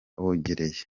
wegereye